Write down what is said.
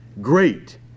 great